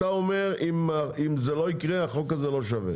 אתה אומר אם זה לא יקרה החוק הזה לא שווה.